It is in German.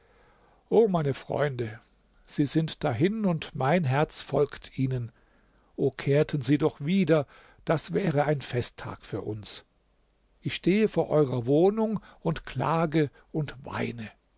o meine freunde sie sind dahin und mein herz folgt ihnen o kehrten sie doch wider das wäre ein festtag für uns ich stehe vor eurer wohnung und klage und weine